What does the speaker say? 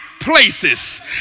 places